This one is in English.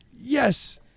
yes